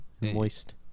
moist